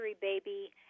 Baby